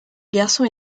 garçons